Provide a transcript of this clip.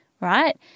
right